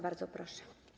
Bardzo proszę.